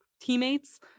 teammates